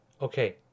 Okay